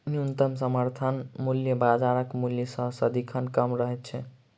न्यूनतम समर्थन मूल्य बाजारक मूल्य सॅ सदिखन कम रहैत छै